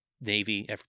Navy